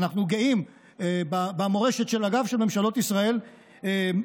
אנחנו גאים במורשת של הגב של ממשלות ישראל כולן,